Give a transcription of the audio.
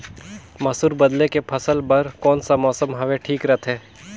मसुर बदले के फसल बार कोन सा मौसम हवे ठीक रथे?